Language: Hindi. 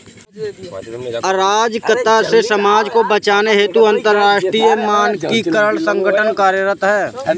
अराजकता से समाज को बचाने हेतु अंतरराष्ट्रीय मानकीकरण संगठन कार्यरत है